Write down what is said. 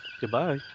Goodbye